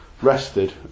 rested